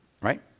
right